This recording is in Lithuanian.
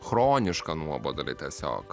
chronišką nuobodulį tiesiog